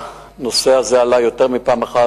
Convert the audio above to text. הנושא הזה עלה יותר מפעם אחת,